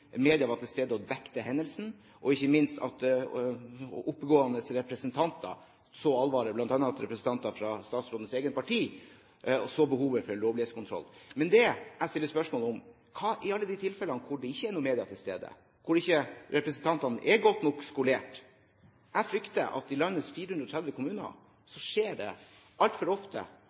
Media var til stede og dekket hendelsen, og ikke minst så oppegående representanter alvoret. Blant annet så representanter fra statsrådens eget parti behovet for lovlighetskontroll. Men det jeg stiller spørsmål om, er: Hva i alle de tilfellene hvor det ikke er noe media til stede, hvor ikke representantene er godt nok skolert? Jeg frykter at i landets 430 kommuner skjer det altfor ofte